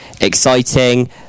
exciting